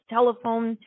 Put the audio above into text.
Telephone